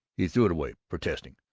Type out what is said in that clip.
he threw it away, protesting,